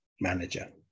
manager